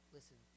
Listen